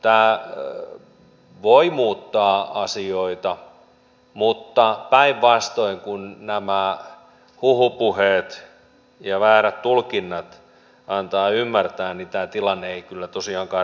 tämä voi muuttaa asioita mutta päinvastoin kuin nämä huhupuheet ja väärät tulkinnat antavat ymmärtää niin tämä tilanne ei kyllä tosiaankaan räjähdä käsiin